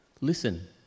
Listen